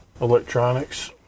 electronics